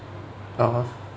(uh huh)